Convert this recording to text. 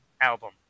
album